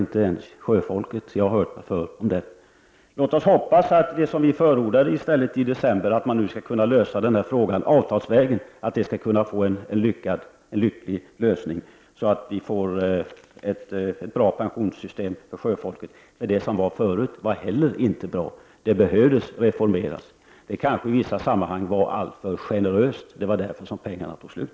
Det vet jag, eftersom jag har hört mig för. Låt oss hoppas att man nu, som vi förordade i december, skall kunna lösa den här frågan avtalsvägen och att lösningen skall bli lycklig så att vi får ett bra pensionssystem för sjöfolket. Det system som tidigare tillämpades var inte heller bra, och det behövde reformeras. Kanske systemet i vissa sammanhang var alltför generöst, och det var därför som pengarna tog slut.